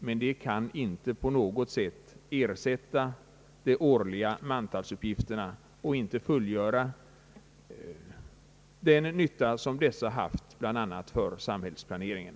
Men det kan inte på något sätt ersätta de årliga mantalsuppgifterna och inte göra den nytta som dessa har haft bl.a. för samhällsplaneringen.